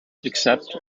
except